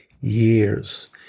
years